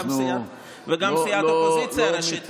וגם לסיעת האופוזיציה הראשית.